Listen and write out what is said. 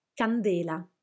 Candela